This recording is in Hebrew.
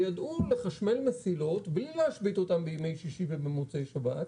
ידעו לחשמל מסילות בלי להשבית אותן בימי שישי ובמוצאי שבת.